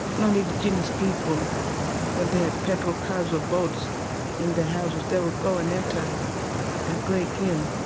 non-indigenous people when they had petrol, cars or boats in the houses they would go and enter and break in.